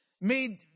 made